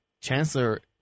Chancellor